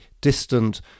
distant